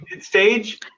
stage